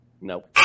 Nope